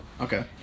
Okay